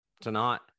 tonight